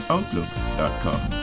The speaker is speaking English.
Outlook.com